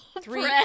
three